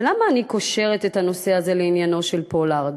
ולמה אני קושרת את הנושא הזה לעניינו של פולארד?